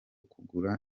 kugura